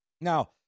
Now